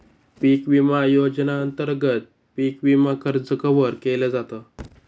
पिक विमा योजनेअंतर्गत पिक विमा कर्ज कव्हर केल जात